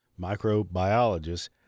Microbiologist